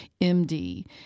MD